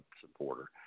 supporter